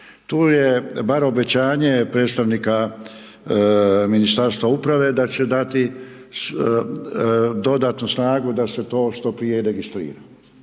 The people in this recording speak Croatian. Tu je bar obećanje predstavnika Ministarstva uprave, da će dati dodatnu snagu da se to što prije registrira